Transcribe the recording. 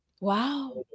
Wow